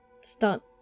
start